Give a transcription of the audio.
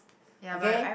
okay